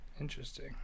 interesting